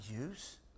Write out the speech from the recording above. use